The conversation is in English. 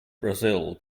brazil